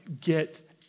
Get